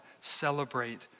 celebrate